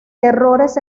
errores